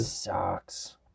Sucks